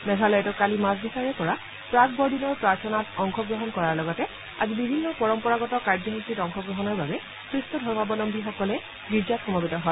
মেঘালয়তো কালি মাজনিশাৰে পৰা প্ৰাক বৰদিনৰ প্ৰাৰ্থনাত অংশগ্ৰহণ কৰাৰ লগতে আজি বিভিন্ন পৰম্পৰাগত কাৰ্যসচীত অংশগ্ৰহণৰ বাবে খ্ৰীষ্টধৰ্মাবলম্বী সকল গীৰ্জাত সমবেত হয়